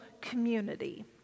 community